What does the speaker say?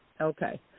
Okay